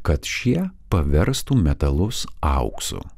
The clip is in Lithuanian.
kad šie paverstų metalus auksu